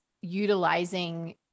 utilizing